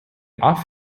off